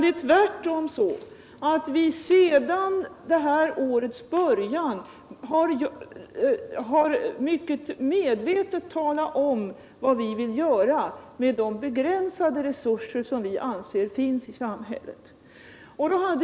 Det är tvärtom så att vi sedan det här årets början mycket medvetet har talat om vad vi vill göra med de begränsade resurser som vi anser finns i samhället.